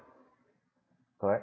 correct